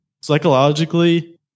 psychologically